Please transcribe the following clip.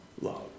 love